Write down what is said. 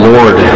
Lord